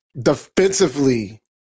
defensively